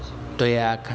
对呀